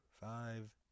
five